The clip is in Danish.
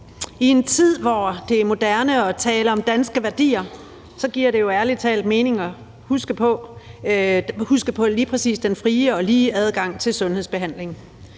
I en tid, hvor det er moderne at tale om danske værdier, giver det jo ærlig talt mening at huske på lige præcis den frie og lige adgang til sundhedsbehandling.